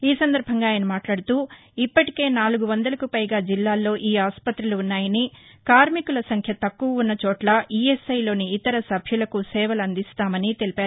ఈ సందర్భంగా ఆయన మాట్లాడుతూఇప్పటికే నాలుగు వందలకు పైగా జిల్లాల్లో ఈ ఆసుపత్రులు ఉన్నాయని కార్శికుల సంఖ్య తక్నువ ఉన్న చోట్ల ఇఎస్ఐ లోని ఇతర సభ్యులకూ సేవలు అందిస్తామని తెలిపారు